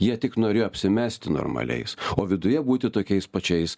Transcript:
jie tik norėjo apsimesti normaliais o viduje būti tokiais pačiais